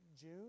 june